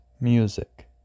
Music